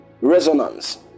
resonance